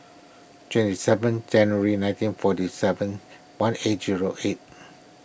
twenty seven January nineteen forty seven one eight zero eight